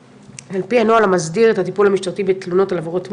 על פי הנוהל המסדיר את הטיפול המשטרתי בתלונות על עבירות מין,